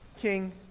King